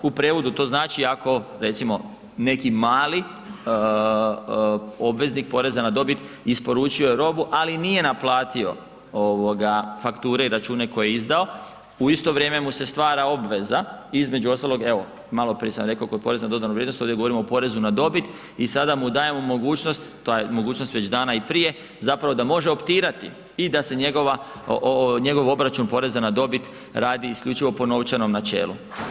U prijevodu to znači ako recimo neki mali obveznik poreza na dobit isporučio robu, ali nije naplatio ovoga fakture i račune koje je izdao, u isto vrijeme mu se stvara obveza između ostalog, evo malo prije sam rekao kod poreza na dodanu vrijednost ovdje govorimo o porezu na dobit i sada mu dajemo mogućnost, ta je mogućnost već dana i prije zapravo da može optirati i da se njegov obračun poreza na dobit radi isključivo po novčanom načelu.